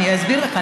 אני אסביר לך,